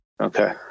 Okay